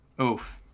oof